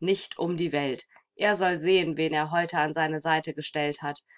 nicht um die welt er soll sehen wen er heute an seine seite gestellt hat